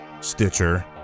Stitcher